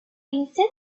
instead